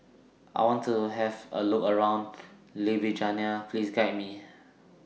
I want to Have A Look around Ljubljana Please Guide Me